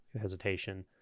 hesitation